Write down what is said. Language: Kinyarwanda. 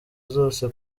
zose